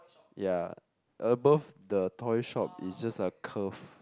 ya above the toy shop is just a curve